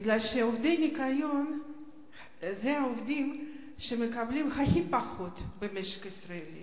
כי עובדי ניקיון הם העובדים שמקבלים הכי פחות במשק הישראלי,